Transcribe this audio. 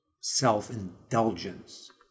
self-indulgence